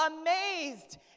amazed